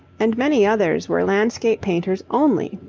and many others were landscape painters only,